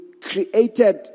created